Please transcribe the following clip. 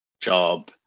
job